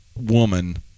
Woman